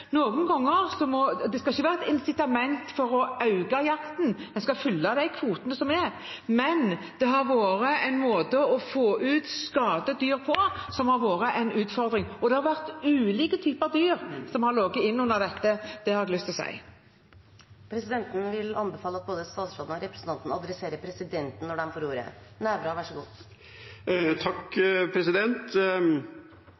det skal ikke være et incitament for å øke jakten. En skal fylle de kvotene som er der, men det har vært en måte å få ut skadedyr på, som har vært en utfordring, og det har vært ulike typer dyr som har ligget inn under ordningen. Det har jeg lyst til å si. Presidenten vil anbefale at både statsråden og representanten adresserer presidenten når de får ordet.